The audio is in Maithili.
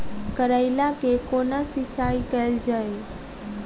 करैला केँ कोना सिचाई कैल जाइ?